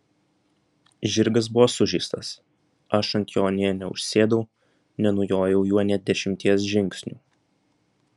žirgas buvo sužeistas aš ant jo nė neužsėdau nenujojau juo nė dešimties žingsnių